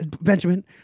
Benjamin